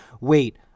Wait